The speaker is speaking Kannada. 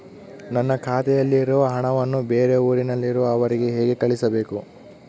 ನನ್ನ ಖಾತೆಯಲ್ಲಿರುವ ಹಣವನ್ನು ಬೇರೆ ಊರಿನಲ್ಲಿರುವ ಅವರಿಗೆ ಹೇಗೆ ಕಳಿಸಬೇಕು?